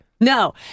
No